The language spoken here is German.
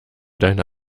deine